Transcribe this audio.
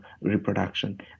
reproduction